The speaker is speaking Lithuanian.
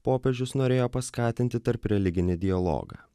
popiežius norėjo paskatinti tarpreliginį dialogą